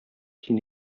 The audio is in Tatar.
дин